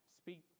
Speak